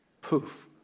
poof